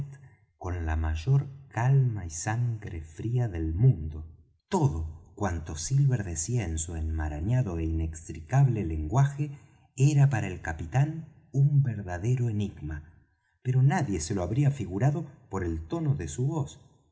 con la mayor calma y sangre fría del mundo todo cuanto silver decía en su enmarañado é inextricable lenguaje era para el capitán un verdadero enigma pero nadie se lo habría figurado por el tono de su voz